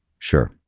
sure.